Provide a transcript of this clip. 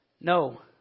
No